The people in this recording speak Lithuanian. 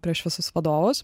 prieš visus vadovus